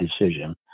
decision